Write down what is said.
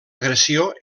agressió